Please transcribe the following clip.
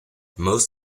most